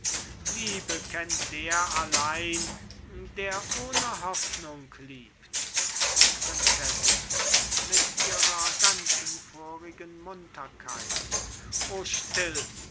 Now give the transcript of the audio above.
liebe kennt der allein der ohne hoffnung liebt prinzessin mit ihrer ganzen vorigen munterkeit o still